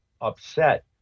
upset